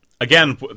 again